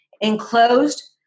Enclosed